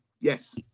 yes